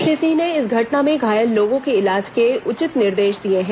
श्री सिंह ने इस घटना में घायल लोगों के इलाज के उचित निर्देश दिये हैं